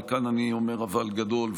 וכאן אני אומר אבל גדול,